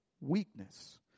weakness